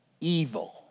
evil